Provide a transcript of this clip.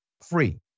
Free